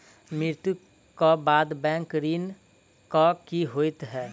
मृत्यु कऽ बाद बैंक ऋण कऽ की होइ है?